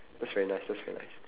that's very nice that's very nice